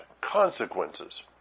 consequences